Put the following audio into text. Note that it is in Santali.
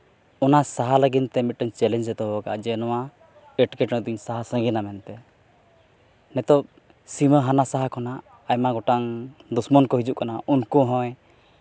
ᱚᱱᱟ ᱥᱟᱦᱟ ᱞᱟᱹᱜᱤᱫ ᱛᱮ ᱢᱤᱫᱴᱟᱹᱝ ᱪᱮᱞᱮᱧᱡᱮ ᱫᱚᱦᱚ ᱟᱠᱟᱫᱼᱟ ᱡᱮ ᱱᱚᱣᱟ ᱮᱴᱠᱮᱴᱚᱬᱮ ᱫᱩᱧ ᱥᱟᱦᱟ ᱥᱟᱺᱜᱤᱧᱟ ᱢᱮᱱᱛᱮ ᱱᱤᱛᱳᱜ ᱥᱤᱢᱟᱹ ᱦᱟᱱᱟ ᱥᱟᱦᱟ ᱠᱷᱚᱱᱟᱜ ᱟᱭᱢᱟ ᱜᱚᱴᱟᱝ ᱫᱩᱥᱢᱚᱱ ᱠᱚ ᱦᱤᱡᱩᱜ ᱠᱟᱱᱟ ᱩᱱᱠᱩ ᱦᱚᱸᱭ